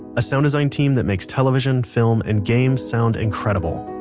a sound design team that makes television, film, and games sound incredible.